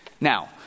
Now